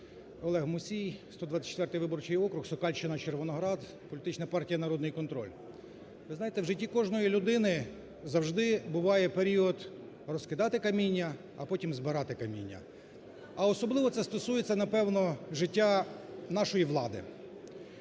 Олег Мусій, 124-й виборчий округ, Сокальщина, Червоноград, політична партія "Народний контроль". Ви знаєте, в житті кожної людини завжди буває період розкидати каміння, а потім збирати каміння. А особливо це стосується, напевно, життя нашої влади.